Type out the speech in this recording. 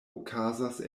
okazas